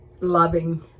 loving